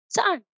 Saan